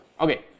Okay